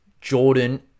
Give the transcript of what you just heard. Jordan